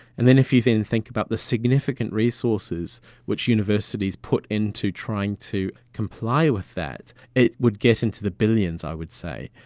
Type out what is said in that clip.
and then if you think think about the significant resources which universities put into trying to comply with that, it would get into the billions, i would say.